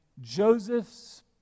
Joseph's